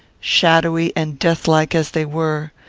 shadowy and death-like as they were,